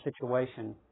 situation